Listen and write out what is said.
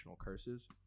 curses